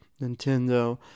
Nintendo